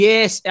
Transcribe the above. Yes